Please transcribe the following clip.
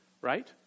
Right